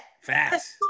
Fast